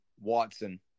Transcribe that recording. Watson